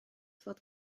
fod